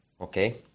okay